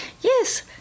Yes